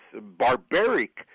barbaric